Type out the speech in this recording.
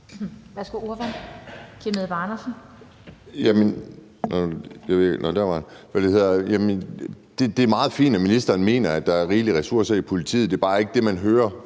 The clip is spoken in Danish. Det er meget fint, at ministeren mener, at der er rigelige ressourcer i politiet, men det er bare ikke det, man typisk